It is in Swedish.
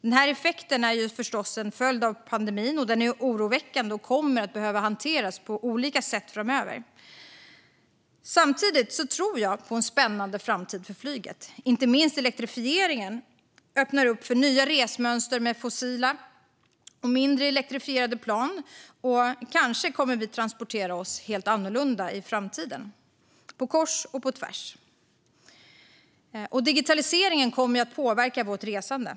Effekten är förstås en följd av pandemin, och den är oroväckande och kommer att behöva hanteras på olika sätt framöver. Samtidigt tror jag på en spännande framtid för flyget. Inte minst elektrifieringen öppnar för nya resmönster med fossilfria och mindre elektrifierade plan. Kanske kommer vi att transportera oss helt annorlunda i framtiden - på kors och på tvärs. Digitaliseringen kommer att påverka vårt resande.